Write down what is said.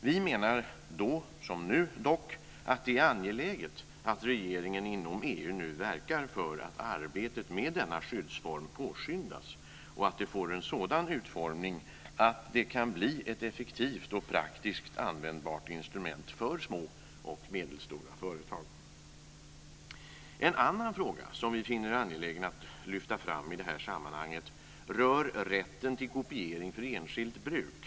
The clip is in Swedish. Vi menar nu, som då, att det är angeläget att regeringen inom EU verkar för att arbetet med denna skyddsform påskyndas och att den får en sådan utformning att den kan bli ett effektivt och praktiskt användbart instrument för små och medelstora företag. En annan fråga som vi finner angelägen att lyfta fram i det här sammanhanget rör rätten till kopiering för enskilt bruk.